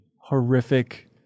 horrific